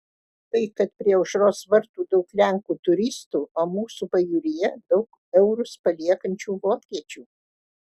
tai kad prie aušros vartų daug lenkų turistų o mūsų pajūryje daug eurus paliekančių vokiečių